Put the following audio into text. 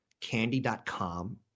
candy.com